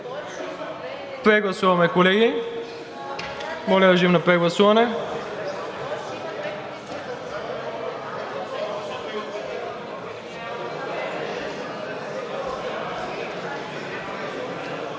Прегласуваме, колеги. Моля, режим на прегласуване.